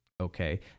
Okay